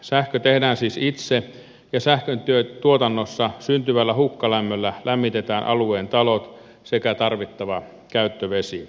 sähkö tehdään siis itse ja sähköntuotannossa syntyvällä hukkalämmöllä lämmitetään alueen talot sekä tarvittava käyttövesi